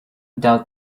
doubt